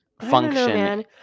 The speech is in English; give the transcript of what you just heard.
function